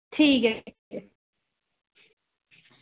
ठीक ऐ